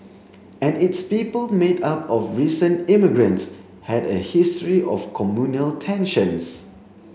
and its people made up of recent immigrants had a history of communal tensions